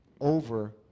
over